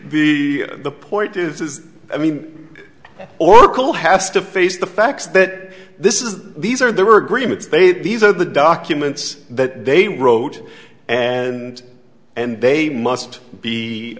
the the point is i mean oracle has to face the facts that this is these are there were agreements they these are the documents that they wrote and and they must be